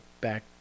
back